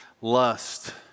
lust